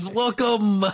welcome